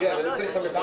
התייעצות?